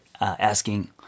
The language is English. asking